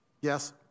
Yes